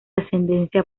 ascendencia